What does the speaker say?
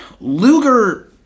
Luger